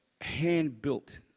hand-built